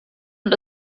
und